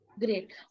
Great